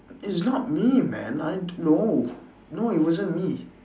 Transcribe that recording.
it's not me man I no no it wasn't me